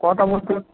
কথাবার্তা